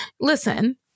listen